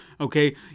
Okay